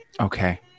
Okay